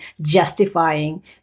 justifying